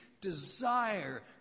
desire